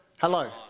Hello